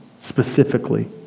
specifically